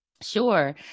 sure